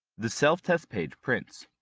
the self-test page prints.